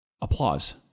applause